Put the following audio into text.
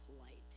light